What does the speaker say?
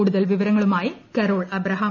കൂടുതൽ വിവരങ്ങളുമായി Carol Abraham